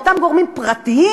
באותם גופים פרטיים,